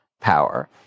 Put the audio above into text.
power